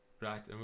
Right